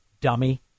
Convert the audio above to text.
dummy